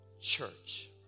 church